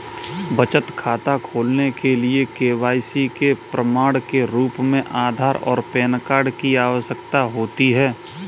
बचत खाता खोलने के लिए के.वाई.सी के प्रमाण के रूप में आधार और पैन कार्ड की आवश्यकता होती है